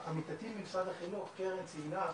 ועמיתתי ממשרד החינוך, קרן, ציינה,